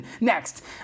next